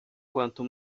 quanto